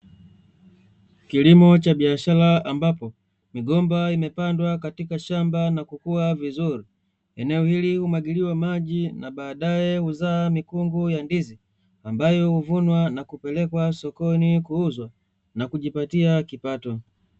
Kilimo cha biashara ambapo migomba imepandwa katika shamba na kukua vizuri. Eneo hili humwagiliwa maji na baadae huzaa mikungu ya ndizi, ambayo huvunwa na kupelekwa sokoni kuuzwa na kujipatia kipato.